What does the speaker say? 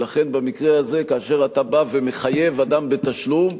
ולכן, במקרה הזה, כאשר אתה בא ומחייב אדם בתשלום,